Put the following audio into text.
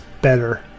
better